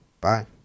Bye